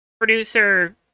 producer